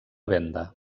venda